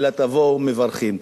אלא תבואו כמברכים.